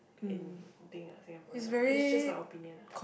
in thing ah Singaporean ah that's just my opinion ah